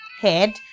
head